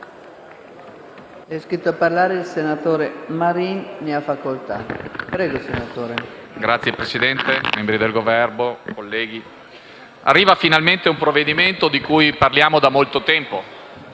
Signora Presidente, membri del Governo, colleghi, arriva finalmente in Assemblea un provvedimento di cui parliamo da molto tempo,